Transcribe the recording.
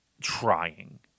trying